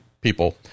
people